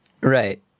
Right